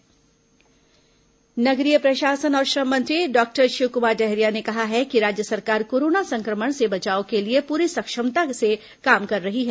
corona राज्य सरकार कार्य नगरीय प्रशासन और श्रम मंत्री डॉक्टर शिवकुमार डहरिया ने कहा है कि राज्य सरकार कोरोना संक्रमण से बचाव के लिए पूरी सक्षमता से काम कर रही है